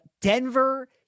Denver